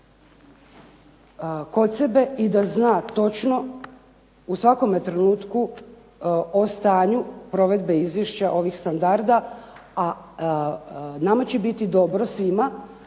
i da zna točno u svakome trenutku o stanju provedbe izvješća ovih standarda, a nama će biti dobro svima